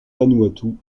vanuatu